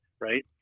right